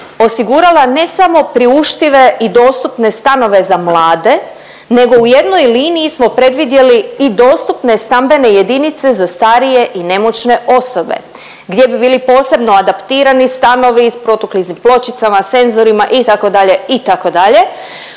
osigurala ne samo priuštive i dostupne stanove za mlade nego u jednoj liniji smo predvidjeli i dostupne stambene jedinice za starije i nemoćne osobe gdje bi bili posebno adaptirani stanovi s protukliznim pločicama, senzorima itd., itd.